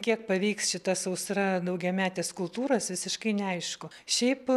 kiek pavyks šita sausra daugiametės kultūros visiškai neaišku šiaip